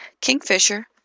Kingfisher